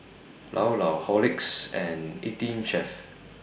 Llao Llao Horlicks and eighteen Chef